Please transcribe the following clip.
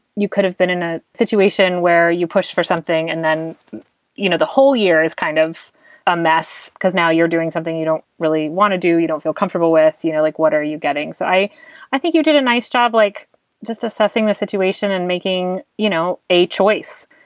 you could have been in a situation where you pushed for something and then you know the whole year is kind of a mess because now you're doing something you don't really want to do. you don't feel comfortable with, you know, like what are you getting? so i, i think you did a nice job, like just assessing the situation and making you know a choice.